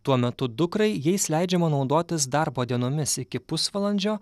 tuo metu dukrai jais leidžiama naudotis darbo dienomis iki pusvalandžio